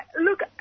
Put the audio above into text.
Look